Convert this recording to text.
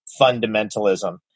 fundamentalism